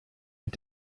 mit